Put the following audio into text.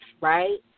right